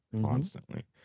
constantly